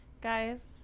guys